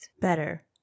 Better